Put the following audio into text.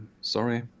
Sorry